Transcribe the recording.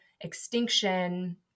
extinction